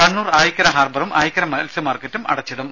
കണ്ണൂർ ആയിക്കര ഹാർബറും ആയിക്കര മത്സ്യ മാർക്കറ്റും അടച്ചിടും